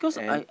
and